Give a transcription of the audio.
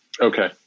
Okay